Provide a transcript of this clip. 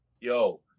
Yo